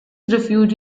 refuge